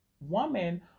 woman